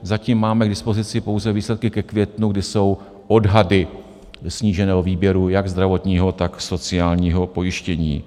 Zatím máme k dispozici pouze výsledky ke květnu, kdy jsou odhady sníženého výběru jak zdravotního, tak sociálního pojištění.